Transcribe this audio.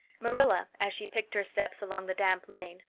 marilla, as she picked her steps along the damp lane,